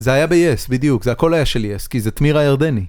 זה היה ב-YES, בדיוק, זה הכל היה של-YES, כי זה תמירה ירדני.